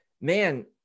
man